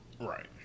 right